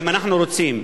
גם אנחנו רוצים,